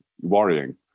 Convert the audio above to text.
worrying